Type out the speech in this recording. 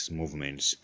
movements